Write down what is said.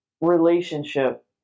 relationship